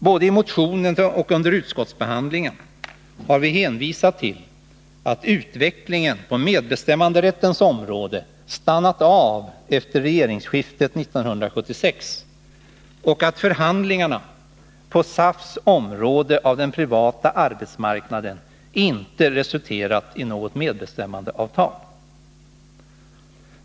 Både i motionen och under utskottsbehandlingen har vi hänvisat till att utvecklingen på medbestämmanderättens område stannat av efter regeringsskiftet 1976 och att förhandlingarna på SAF:s område av den privata arbetsmarknaden inte resulterat i något medbestämmandeavtal.